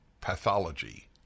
pathology